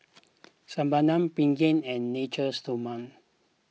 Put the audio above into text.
Sebamed Pregain and Natura Stoma